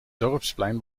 dorpsplein